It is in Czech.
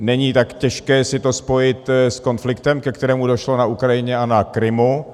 Není tak těžké si to spojit s konfliktem, ke kterému došlo na Ukrajině a na Krymu.